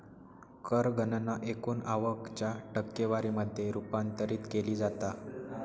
कर गणना एकूण आवक च्या टक्केवारी मध्ये रूपांतरित केली जाता